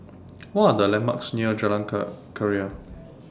What Are The landmarks near Jalan Keria